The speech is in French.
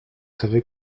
savez